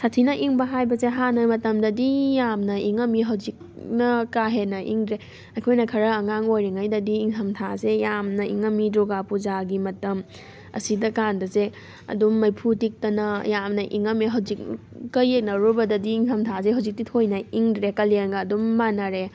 ꯁꯥꯊꯤꯅ ꯏꯪꯕ ꯍꯥꯏꯕꯁꯦ ꯍꯥꯟꯅ ꯃꯇꯝꯗꯗꯤ ꯌꯥꯝꯅ ꯏꯪꯉꯝꯃꯤ ꯍꯧꯖꯤꯛꯅ ꯀꯥ ꯍꯦꯟꯅ ꯏꯪꯗ꯭ꯔꯦ ꯑꯩꯈꯣꯏꯅ ꯈꯔ ꯑꯉꯥꯡ ꯑꯣꯏꯔꯤꯉꯩꯗꯗꯤ ꯏꯪꯊꯝ ꯊꯥꯁꯦ ꯌꯥꯝꯅ ꯏꯪꯉꯝꯃꯤ ꯗꯨꯔꯒꯥ ꯄꯨꯖꯥꯒꯤ ꯃꯇꯝ ꯑꯁꯤꯗ ꯀꯥꯟꯗꯁꯦ ꯑꯗꯨꯝ ꯃꯩꯐꯨ ꯇꯤꯛꯇꯅ ꯌꯥꯝꯅ ꯏꯪꯉꯝꯃꯦ ꯍꯧꯖꯤꯛꯀ ꯌꯦꯡꯅꯔꯨꯕꯗꯗꯤ ꯏꯪꯊꯝ ꯊꯥꯁꯦ ꯍꯧꯖꯤꯛꯇꯤ ꯊꯣꯏꯅ ꯏꯪꯗ꯭ꯔꯦ ꯀꯂꯦꯟꯒ ꯑꯗꯨꯝ ꯃꯥꯟꯅꯔꯦ